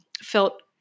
felt